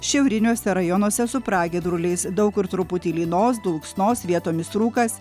šiauriniuose rajonuose su pragiedruliais daug kur truputį lynos dulksnos vietomis rūkas